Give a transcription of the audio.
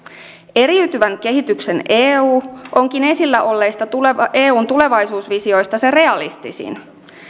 eriytyvän kehityksen eu onkin esillä olleista eun tulevaisuusvisioista se realistisin